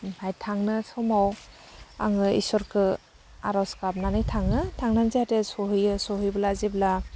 ओमफ्राय थांनो समाव आङो इसोरखौ आर'ज गाबनानै थाङो थांनानै जाहाथे सहैयो सहैब्ला जेब्ला